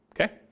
okay